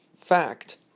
fact